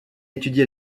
étudie